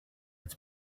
its